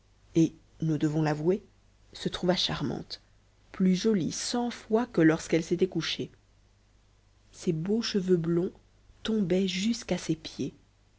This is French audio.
et nous devons l'avouer se trouva charmante plus jolie cent fois que lorsqu'elle s'était couchée ses beaux cheveux blonds tombaient jusqu'à ses pieds